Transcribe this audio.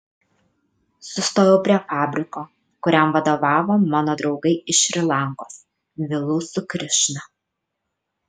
sustojau prie fabriko kuriam vadovavo mano draugai iš šri lankos vilu su krišna